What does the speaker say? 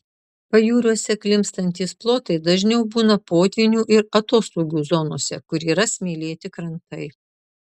pajūriuose klimpstantys plotai dažniau būna potvynių ir atoslūgių zonose kur yra smėlėti krantai